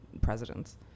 presidents